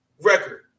record